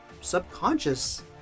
subconscious